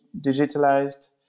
digitalized